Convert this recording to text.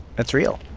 that's real